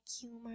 humor